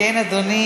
את רואה?